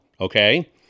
okay